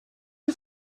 you